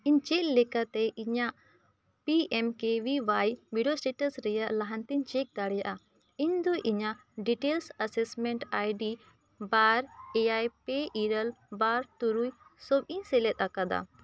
ᱤᱧ ᱪᱮᱫ ᱞᱮᱠᱟᱛᱮ ᱤᱧᱟᱹᱜ ᱯᱤ ᱮᱢ ᱠᱮ ᱵᱷᱤ ᱚᱣᱟᱭ ᱵᱤᱰᱟᱹᱣ ᱥᱴᱮᱴᱟᱥ ᱨᱮᱭᱟᱜ ᱞᱟᱦᱟᱱᱛᱤᱧ ᱪᱮᱠ ᱫᱟᱲᱮᱭᱟᱜᱼᱟ ᱤᱧᱫᱚ ᱤᱧᱟᱹᱜ ᱰᱤᱴᱮᱞᱥ ᱮᱥᱮᱥᱢᱮᱱᱴ ᱟᱭ ᱰᱤ ᱵᱟᱨ ᱮᱭᱟᱭ ᱯᱮ ᱤᱨᱟᱹᱞ ᱵᱟᱨ ᱛᱩᱨᱩᱭ ᱥᱚᱵ ᱤᱧ ᱥᱮᱞᱮᱫ ᱟᱠᱟᱫᱟ